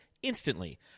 Instantly